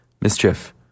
Mischief